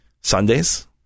Sundays